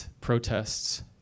protests